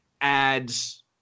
adds